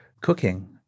cooking